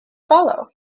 follow